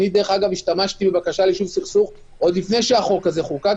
אני השתמשתי בבקשה ליישוב סכסוך עוד לפני שהחוק חוקק,